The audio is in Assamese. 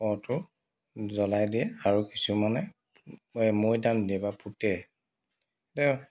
শটো জ্বলাই দিয়ে আৰু কিছুমানে মৈদান দিয়ে বা পোতে